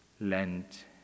Lent